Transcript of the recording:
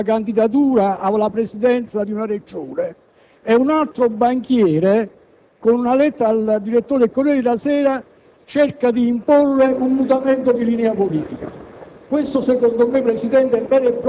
tenta di impedire una candidatura alla Presidenza di una Regione e un altro banchiere, con una lettera al direttore del «Corriere della Sera», cerca di imporre un mutamento di linea politica.